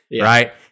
right